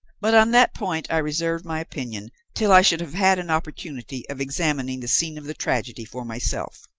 but on that point i reserved my opinion till i should have had an opportunity of examining the scene of the tragedy for myself.